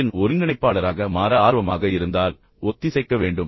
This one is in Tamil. யின் ஒருங்கிணைப்பாளராக மாற ஆர்வமாக இருந்தால் ஒத்திசைக்க வேண்டும்